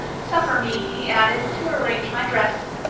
suffer me, he added, to arrange my dress.